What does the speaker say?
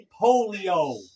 polio